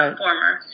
former